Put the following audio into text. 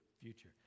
future